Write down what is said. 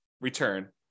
return